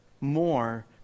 more